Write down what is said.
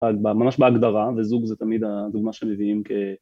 ‫ממש בהגדרה, וזוג זה תמיד ‫הדוגמה שמביאים כ...